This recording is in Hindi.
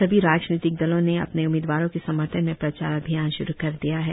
सभी राजनीतिक दलों ने अपने उम्मीदवारों के समर्थन में प्रचार अभियान श्रु कर दिया है